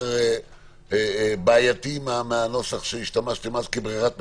בעייתי מהנוסח שהשתמשתם אז כברירת מחדל?